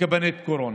כקבינט קורונה.